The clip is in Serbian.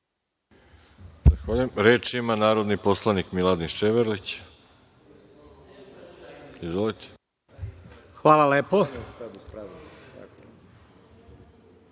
Hvala lepo. Da